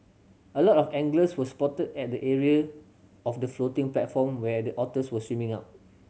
a lot of anglers were spotted at the area of the floating platform where the otters were swimming up